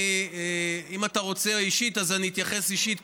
אם אתה רוצה אישית אז אני אתייחס אישית,